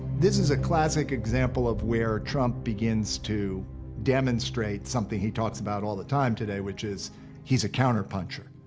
this is a classic example of where trump begins to demonstrate something he talks about all the time today, which is he's a counter-puncher.